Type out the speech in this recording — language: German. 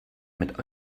mit